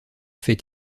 fait